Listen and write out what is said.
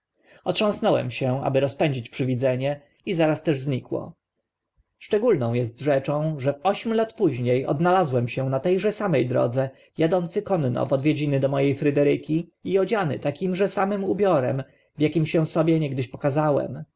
otrząsnąłem się aby rozpędzić przywidzenie i zaraz też znikło szczególną est rzeczą że w ośm lat późnie odnalazłem się na te że same drodze adący konno w odwiedziny do mo e fryderyki i odziany takimże samym ubiorem w akim się sobie niegdyś pokazałem